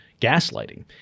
gaslighting